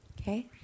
Okay